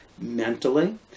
mentally